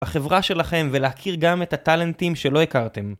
החברה שלכם ולהכיר גם את הטלנטים שלא הכרתם.